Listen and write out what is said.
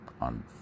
on